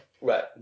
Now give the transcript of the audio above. Right